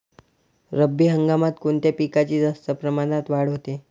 रब्बी हंगामात कोणत्या पिकांची जास्त प्रमाणात वाढ होते?